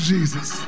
Jesus